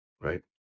Right